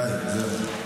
די כבר, די.